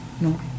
No